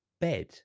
bed